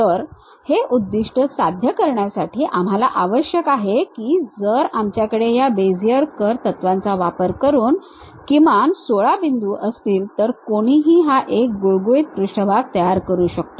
तर हे उद्दिष्ट साद्ध्य करण्यासाठी आम्हाला आवश्यक आहे की जर आमच्याकडे या बेझियर कर्व तत्त्वांचा वापर करून किमान 16 बिंदू असतील तर कोणीही हा एक गुळगुळीत पृष्ठभाग तयार करू शकतो